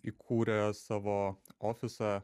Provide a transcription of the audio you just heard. įkūrė savo ofisą